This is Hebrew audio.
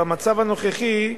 במצב הנוכחי,